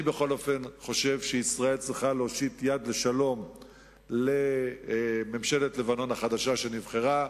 אני חושב שישראל צריכה להושיט יד לשלום לממשלת לבנון החדשה שנבחרה.